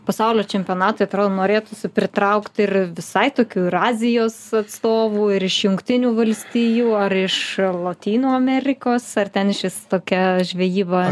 pasaulio čempionatui atrodo norėtųsi pritraukti ir visai tokių ir azijos atstovų ir iš jungtinių valstijų ar iš lotynų amerikos ar ten išvis tokia žvejyba